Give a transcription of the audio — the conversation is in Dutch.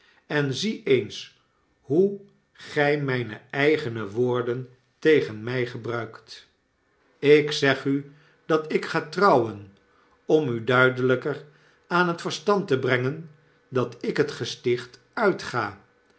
en zie eens hoe gij mijne eigene woorden tegen my gebruikt ik geen uitweg zeg u dat ik ga trouwen om u duideliiker aan het verstand te brengen dat ik het gesticht uitga